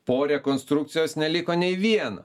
po rekonstrukcijos neliko nei vieno